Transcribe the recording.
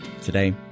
Today